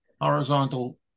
horizontal